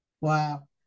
Wow